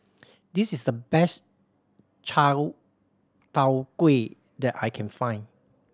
this is the best Chai Tow Kuay that I can find